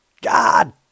God